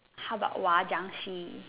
how about